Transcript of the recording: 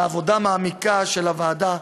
ועבודה מעמיקה של הוועדה,